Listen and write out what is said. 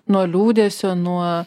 nuo liūdesio nuo